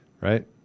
right